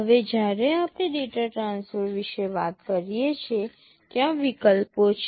હવે જ્યારે આપણે ડેટા ટ્રાન્સફર વિશે વાત કરીએ છીએ ત્યાં વિકલ્પો છે